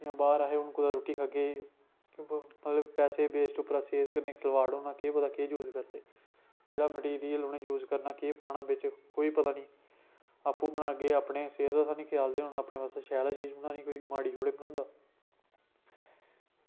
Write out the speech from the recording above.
इंया बाहर अस कुदै रुट्टी खाह्गे उत्थें पैसे वेस्ट कन्नै उप्परा सेफ कन्नै उप्परा पता निं केह् यूज़ करदे केह्ड़ा मेटीरियल उनें यूज़ करना केह् पाना कोई पता निं आपूं नुआगे अपनी सेह्त कोला बी सेफ होना अपने आस्तै शैल गै चीज़ बनानी चाहिदी माड़ी थोह्ड़े ना बनांदा